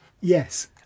Yes